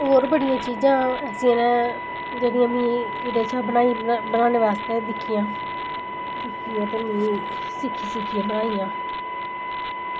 फिर होर बड़ियां चीजां ऐसियां न जेह्ड़ियां में एह्दे उप्परा बनाना सिक्खियां दिक्खियै ते में सिक्खी सिक्खी बनाइयां